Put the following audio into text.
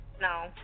no